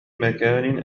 مكان